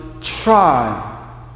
try